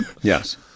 yes